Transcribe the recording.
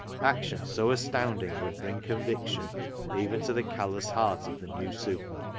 action so astound ing would bring conviction even to the callous heart of the new super.